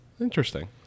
Interesting